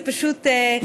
זה פשוט מדהים.